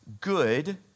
good